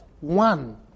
one